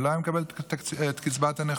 הוא לא היה מקבל את קצבת הנכות,